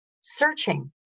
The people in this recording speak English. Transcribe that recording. searching